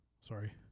sorry